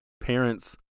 parents